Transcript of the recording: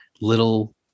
little